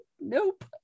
nope